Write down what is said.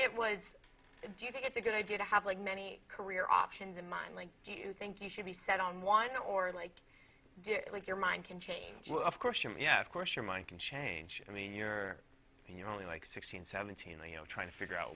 it was do you think it's a good idea to have like many career options in mind like do you think you should be set on one or like your mind can change of course yeah of course your mind can change i mean you're you're only like sixteen seventeen you know trying to figure out